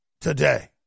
today